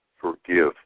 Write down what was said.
Forgive